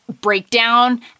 breakdown